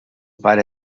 pare